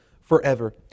forever